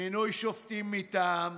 מינוי שופטים מטעם,